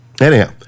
Anyhow